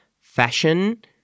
fashion